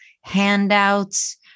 handouts